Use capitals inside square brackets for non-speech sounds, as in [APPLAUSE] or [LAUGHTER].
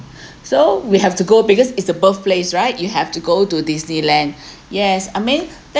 [BREATH] so we have to go because is the birthplace right you have to go to disneyland [BREATH] yes I mean that